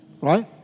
right